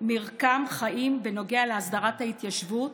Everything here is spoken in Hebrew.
מרקם חיים בנוגע להסדרת ההתיישבות